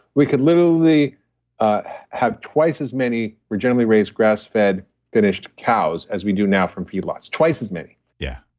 we could literally ah have twice as many regeneratively raised grass-fed finished cows as we do now from feedlots, twice as many yeah,